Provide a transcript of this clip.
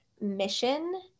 mission